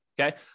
Okay